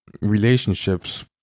relationships